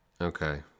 Okay